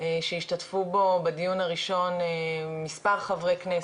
שהשתתפו בו בדיון הראשון מספר חברי כנסת,